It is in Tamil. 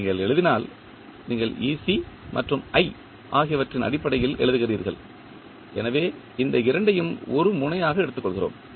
நீங்கள் எழுதினால் நீங்கள் மற்றும் ஆகியவற்றின் அடிப்படையில் எழுதுகிறீர்கள் எனவே இந்த இரண்டையும் ஒரு முனையாக எடுத்துக் கொள்கிறோம்